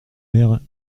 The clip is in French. mère